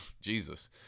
Jesus